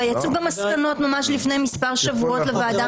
ויצאו במסקנות ממש לפני מספר שבועות לוועדה